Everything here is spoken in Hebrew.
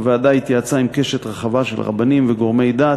הוועדה התייעצה עם קשת רחבה של רבנים וגורמי דת.